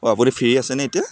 অঁ আপুনি ফ্ৰী আছেনে এতিয়া